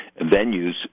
venues